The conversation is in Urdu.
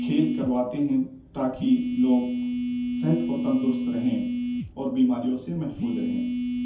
کھیل کرواتے ہیں تاکہ لوگ صحت اور تندرست رہیں اور بیماریوں سے محفوظ رہیں